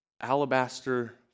alabaster